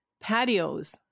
patios